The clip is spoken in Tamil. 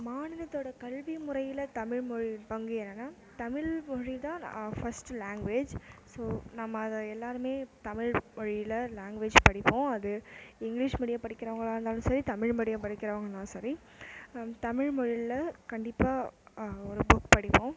மாநிலத்தோட கல்வி முறையில தமிழ் மொழி பங்கு என்னனா தமிழ் மொழி தான் ஃபர்ஸ்ட்டு லாங்குவேஜ் ஸோ நம்ம அதை எல்லாருமே தமிழ் மொழியில லாங்குவேஜ் படிப்போம் அது இங்க்லீஷ் மீடியம் படிக்கிறவங்களாக இருந்தாலும் சரி தமிழ் மீடியம் படிக்கிறவங்கலாம் சரி தமிழ் மொழியில கண்டிப்பாக ஒரு புக் படிப்போம்